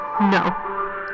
No